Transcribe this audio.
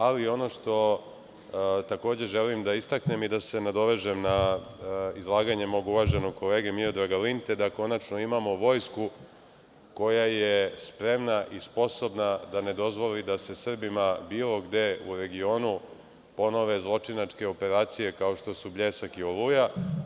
Ali, ono što takođe, želim da istaknem i da se nadovežem na izlaganje mog uvaženog kolege Miodraga Linte, je da konačno imamo vojsku koja je spremna i sposobna da ne dozvoli da se Srbima bilo gde u regionu ponove zločinačke operacije, kao što su „Bljesak“ i „Oluja“